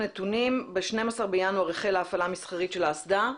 ב-12 בינואר החלה ההפעלה המסחרית של האסדה.